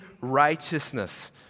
righteousness